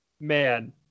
man